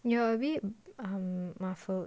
you're a bit um muffled